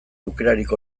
aukerarik